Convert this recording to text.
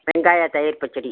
வெங்காய தயிர் பச்சடி